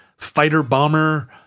fighter-bomber